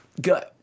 Good